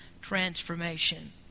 transformation